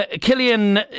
Killian